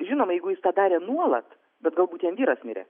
žinoma jeigu jis tą darė nuolat bet galbūt jam vyras mirė